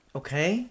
okay